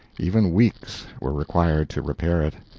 even weeks, were required to repair it.